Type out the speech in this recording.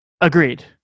Agreed